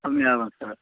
கம்மியாகும் சார்